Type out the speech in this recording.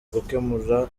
gukemura